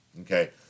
okay